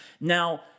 Now